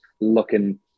looking